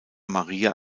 maria